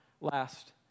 last